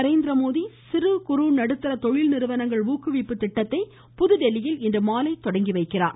நரேந்திரமோடி சிறு குறு நடுத்தர தொழில்நிறுவனங்கள் ஊக்குவிப்பு திட்டத்தை புதுதில்லியில் இன்றுமாலை தொடங்கி வைக்கிறார்